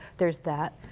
there's that.